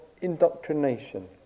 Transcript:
indoctrination